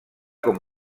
com